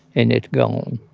and it's gone